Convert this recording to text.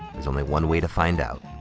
there's only one way to find out.